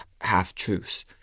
half-truths